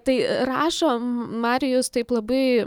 tai rašo marijus taip labai